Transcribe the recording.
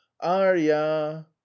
Arya